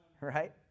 right